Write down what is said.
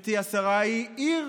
גברתי השרה, היא עיר